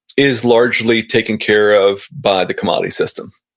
is largely taken care of by the commodity system.